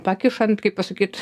pakišant kaip pasakyt